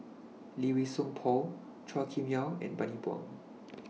Lee Wei Song Paul Chua Kim Yeow and Bani Buang